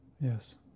Yes